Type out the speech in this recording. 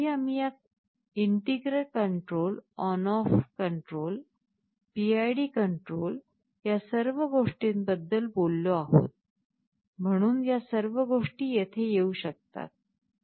आधी आम्ही या integral control on off control PID control या सर्व गोष्टींबद्दल बोललो आहोत म्हणून या सर्व गोष्टी येथे येऊ शकतात